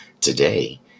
today